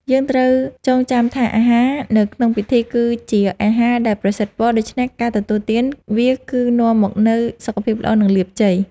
យើងត្រូវចងចាំថាអាហារនៅក្នុងពិធី គឺជាអាហារដែលប្រសិទ្ធពរ ដូច្នេះការទទួលទានវាគឺនាំមកនូវសុខភាពល្អ និងលាភជ័យ។